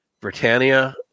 Britannia